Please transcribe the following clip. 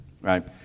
right